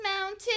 mountain